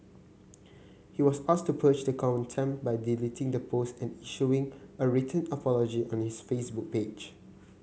he was asked to purge the contempt by deleting the post and issuing a written apology on his Facebook page